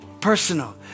Personal